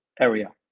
area